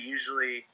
Usually